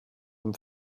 dem